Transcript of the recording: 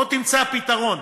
בוא תמצא פתרון.